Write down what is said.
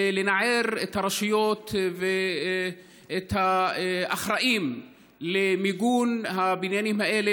ולנער את הרשויות ואת האחראים למיגון הבניינים האלה,